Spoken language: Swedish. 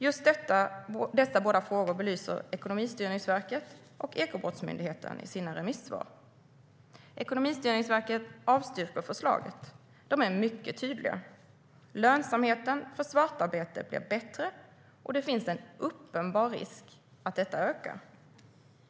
Just dessa båda frågor belyser Ekonomistyrningsverket och Ekobrottsmyndigheten i sina remissvar. Ekonomistyrningsverket avstyrker förslaget. De är mycket tydliga och säger: "Lönsamheten för svartarbete blir bättre och det finns en uppenbar risk att detta ökar."